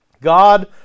God